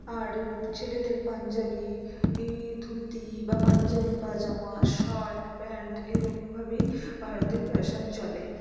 আর ছেলেদের পাঞ্জাবি ধুতি বা পাঞ্জাবি পাজামা শার্ট প্যান্ট এই রকমভাবেই ভারতের ফ্যাশন চলে